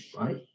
right